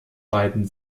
beiden